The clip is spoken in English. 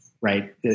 right